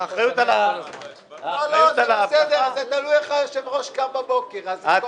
האחריות על האבטחה במשרד השיכון ולא